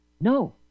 no